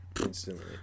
instantly